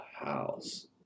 house